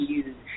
use